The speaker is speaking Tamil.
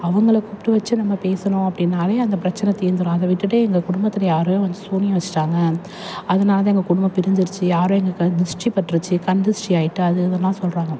அவங்கள கூப்பிட்டு வெச்சி நம்ம பேசினோம் அப்படின்னாலே அந்தப் பிரச்சனை தீந்துடும் அதை விட்டுட்டு எங்கள் குடும்பத்தில் யாரோ வந்து சூனியம் வெச்சிட்டாங்க அதனால தான் எங்கள் குடும்பம் பிரிஞ்சிடுச்சி யாரோ எங்களுக்கு திருஷ்டி பட்டுருச்சி கண் திருஷ்டி ஆகிட்டு அது இதெல்லாம் சொல்கிறாங்க